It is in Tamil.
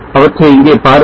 அவற்றை இங்கே பாருங்கள்